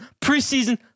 Preseason